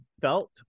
felt